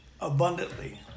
abundantly